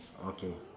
okay